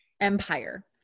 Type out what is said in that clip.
empire